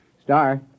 Star